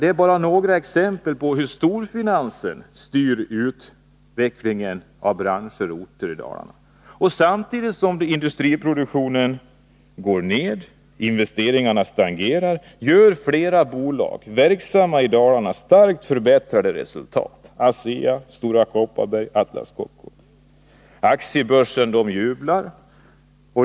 Detta är bara några exempel på hur storfinansen styr utvecklingen av branscher och orter i Dalarna. Samtidigt som industriproduktionen går ned och investeringarna stagnerar uppvisar flera bolag, verksamma i Dalarna, starkt förbättrade resultat, t.ex. ASEA, Stora Kopparberg och Atlas Copco. Aktiebörsen jublar.